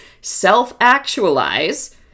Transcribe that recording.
self-actualize